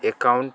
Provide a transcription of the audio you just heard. account